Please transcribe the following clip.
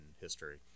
history